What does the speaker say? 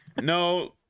No